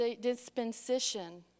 dispensation